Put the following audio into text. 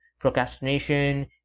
procrastination